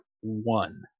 one